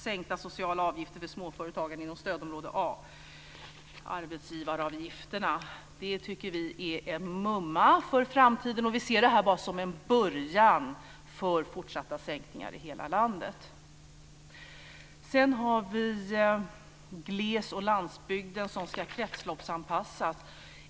Sänkta sociala avgifter för småföretagare inom stödområde A, arbetsgivaravgifterna, tycker vi är mumma för framtiden. Vi ser det här bara som en början på sänkningar i hela landet. Sedan har vi gles och landsbygden som ska kretsloppsanpassas.